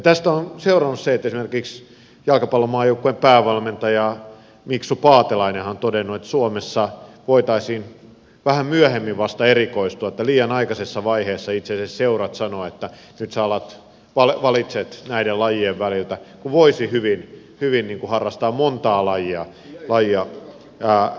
tästä on seurannut se esimerkiksi jalkapallomaajoukkueen päävalmentaja mixu paatelainenhan on todennut että suomessa voitaisiin vasta vähän myöhemmin erikoistua että liian aikaisessa vaiheessa itse asiassa seurat sanovat että nyt sinä valitset näiden lajien väliltä kun voisi hyvin harrastaa montaa lajia ristiin